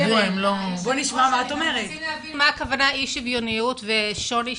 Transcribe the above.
אנחנו רוצים להבין מה הכוונה "אי-שוויוניות ושוני",